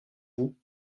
vous